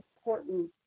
important